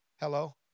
Hello